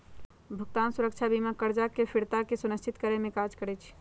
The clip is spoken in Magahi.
भुगतान सुरक्षा बीमा करजा के फ़िरता के सुनिश्चित करेमे काज करइ छइ